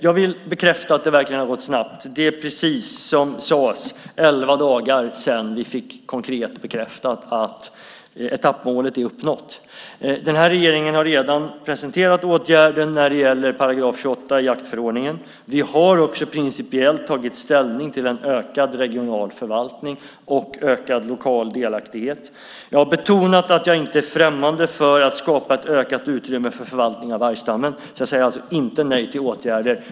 Jag vill bekräfta att det verkligen har gått snabbt. Det är, precis som sades, elva dagar sedan vi fick konkret bekräftat att etappmålet är uppnått. Den här regeringen har redan presenterat åtgärder när det gäller 28 § i jaktförordningen. Vi har också principiellt tagit ställning till en ökad regional förvaltning och ökad lokal delaktighet. Jag har betonat att jag inte är främmande för att skapa ett ökat utrymme för förvaltning av vargstammen. Jag säger alltså inte nej till åtgärder.